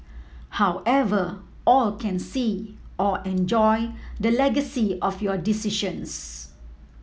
however all can see or enjoy the legacy of your decisions